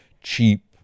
cheap